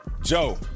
Joe